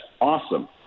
awesome